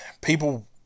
people